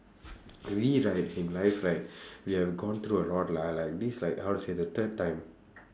we right in life right we have gone through a lot lah like this is like like how to say the third time